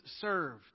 served